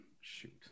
shoot